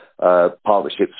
Partnerships